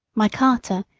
my carter,